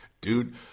dude